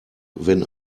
wenn